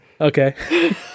okay